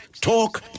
talk